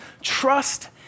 Trust